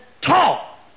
talk